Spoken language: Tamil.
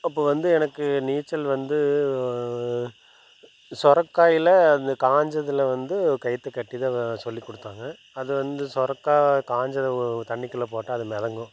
அப்போ வந்து எனக்கு நீச்சல் வந்து சுரக்காய்ல அந்த காஞ்சதில் வந்து கயிற்ற கட்டி தான் சொல்லிக் கொடுத்தாங்க அது வந்து சுரக்கா காஞ்ச தண்ணிக்குள்ள போட்டால் அது மிதங்கும்